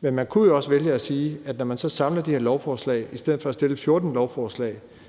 Men man kunne jo også vælge at sige, at når man så samler de her lovforslag i stedet for at fremsætte 14 lovforslag,